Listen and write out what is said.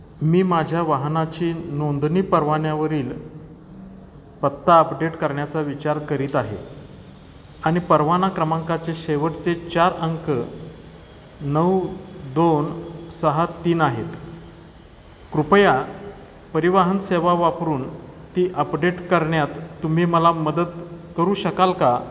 मी माझ्या वाहनाची नोंदणी परवान्यावरील पत्ता अपडेट करण्याचा विचार करीत आहे आणि परवाना क्रमांकाचे शेवटचे चार अंक नऊ दोन सहा तीन आहेत कृपया परिवाहन सेवा वापरून ती अपडेट करण्यात तुम्ही मला मदत करू शकाल का